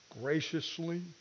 graciously